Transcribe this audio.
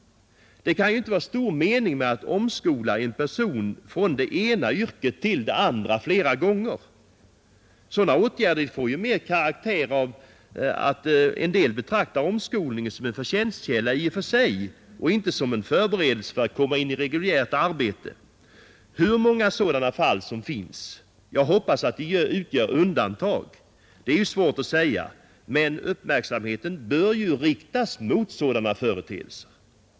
Det kan inte vara stor mening i att flera gånger omskola en person från det ena yrket till det andra. Sådana åtgärder är ju ett uttryck för att en del betraktar omskolningar som en förtjänstkälla i och för sig, inte som en förberedelse för att komma in i reguljärt arbete. Hur många sådana fall som finns — jag hoppas att de utgör undantag — är svårt att säga, men uppmärksamheten bör riktas mot sådana företeelser.